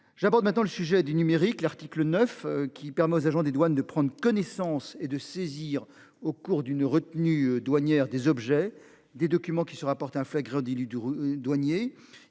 J'aborde maintenant le sujet du numérique. L'article 9 qui permet aux agents des douanes de prendre connaissance et de saisir au cours d'une retenue douanière des objets, des documents qui se rapportent un flagrant délit douanier,